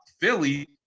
Philly